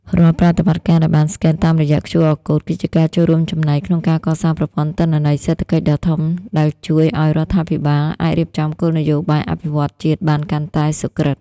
រាល់ប្រតិបត្តិការដែលបានស្កែនតាមរយៈ QR Code គឺជាការចូលរួមចំណែកក្នុងការកសាងប្រព័ន្ធទិន្នន័យសេដ្ឋកិច្ចដ៏ធំ ដែលជួយឱ្យរដ្ឋាភិបាលអាចរៀបចំគោលនយោបាយអភិវឌ្ឍន៍ជាតិបានកាន់តែសុក្រឹត។